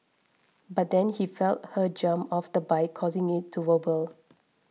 but then he felt her jump off the bike causing it to wobble